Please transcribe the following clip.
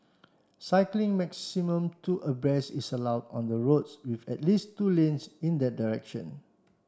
cycling maximum two abreast is allowed on the roads with at least two lanes in that direction